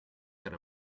out